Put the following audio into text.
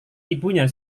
ibunya